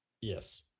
Yes